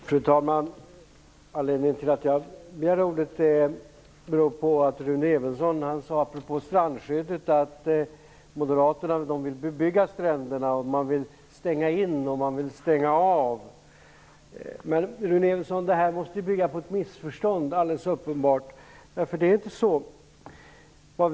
Fru talman! Anledningen till att jag begärde ordet är att Rune Evensson apropå strandskyddet sade att Moderaterna vill bebygga stränderna och att Moderaterna vill stänga in och stänga av. Det är alldeles uppenbart att det bygger på ett missförstånd. Det är nämligen inte som Rune Evensson säger.